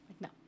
no